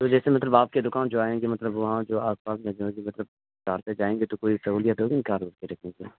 تو جیسے مطلب آپ کی دکان جو آئیں گے مطلب وہاں جو آس پاس میں جو ہے مطلب کار سے جائیں گے تو کوئی سہولت ہوگی نا کار ور رکھنے کی